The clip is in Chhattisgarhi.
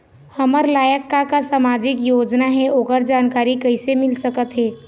हमर लायक का का सामाजिक योजना हे, ओकर जानकारी कइसे मील सकत हे?